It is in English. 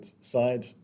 side